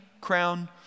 crown